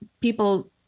people